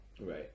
Right